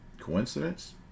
Coincidence